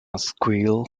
squeal